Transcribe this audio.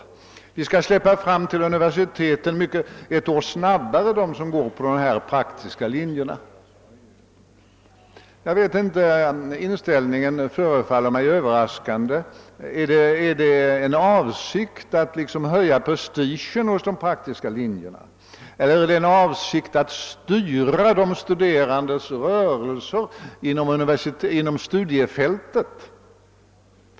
Vi släpper därför fram dem till universiteten ett år snabbare som går på de praktiska linjerna. Inställningen förefaller mig öÖöverraskande. Är det en avsikt att liksom höja prestigen hos de praktiska linjerna? Eller är det en avsikt att styra de studerandes rörelser inom studiefältet?